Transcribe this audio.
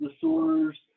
disorders